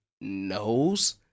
knows